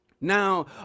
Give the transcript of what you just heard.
Now